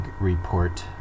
Report